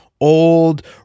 old